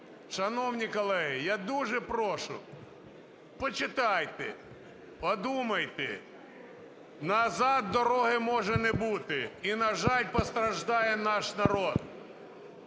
Шановні колеги, я дуже прошу, почитайте, подумайте, назад дороги може не бути. І, на жаль, постраждає наш народ.